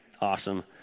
Awesome